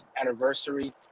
anniversary